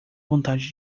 vontade